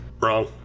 wrong